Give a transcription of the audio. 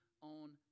on